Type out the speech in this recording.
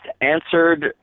answered